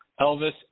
Elvis